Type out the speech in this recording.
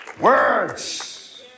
words